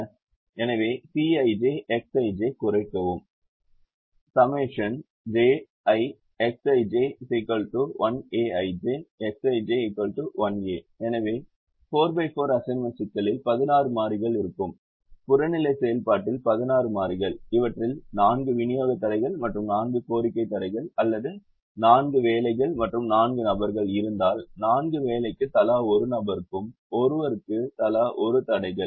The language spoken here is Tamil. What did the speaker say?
எனவே Cij Xij குறைக்கவும் ∑ j ∑ i Xij1∀i Xij1∀ j எனவே 44 அசைன்மென்ட் சிக்கலில் 16 மாறிகள் இருக்கும் புறநிலை செயல்பாட்டில் 16 மாறிகள் இவற்றில் 4 விநியோக தடைகள் மற்றும் 4 கோரிக்கை தடைகள் அல்லது 4 வேலைகள் மற்றும் 4 நபர்கள் இருந்தால் 4 வேலைக்கு தலா ஒரு நபருக்கும் ஒருவருக்கு தலா ஒரு தடைகள்